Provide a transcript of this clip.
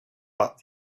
but